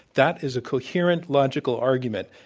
that is a coherent logical argument,